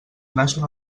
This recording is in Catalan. naixen